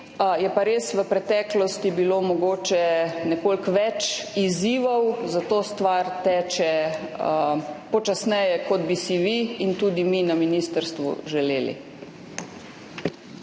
Je pa res bilo v preteklosti mogoče nekoliko več izzivov, zato stvar teče počasneje, kot bi si vi in tudi mi na ministrstvu želeli.